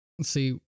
See